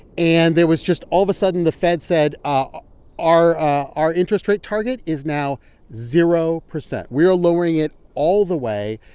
and there was just all of a sudden, the fed said, ah our our interest rate target is now zero percent. we are lowering it all the way.